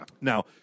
Now